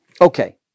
Okay